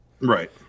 Right